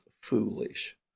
foolish